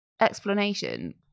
explanation